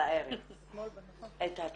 בערב את התשובות.